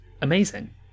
Amazing